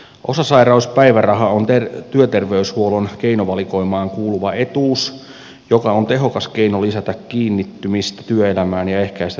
osasairauspäiväraha on työterveyshuollon keinovalikoimaan kuuluva etuus joka on tehokas keino lisätä kiinnittymistä työelämään ja ehkäistä työkyvyttömyyttä